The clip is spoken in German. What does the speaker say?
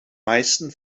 meisten